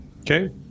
Okay